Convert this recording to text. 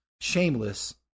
Shameless